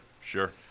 sure